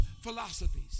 philosophies